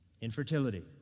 infertility